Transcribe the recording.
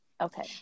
Okay